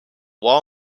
wall